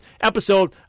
episode